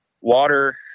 water